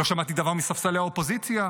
לא שמעתי דבר מספסלי האופוזיציה,